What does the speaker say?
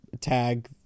tag